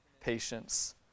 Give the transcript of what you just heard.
patience